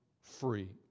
free